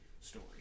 story